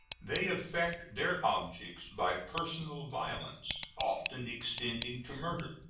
they effect their objects by personal violence, often extending to murder.